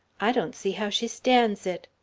i don't see how she stands it.